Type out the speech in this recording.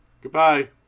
Goodbye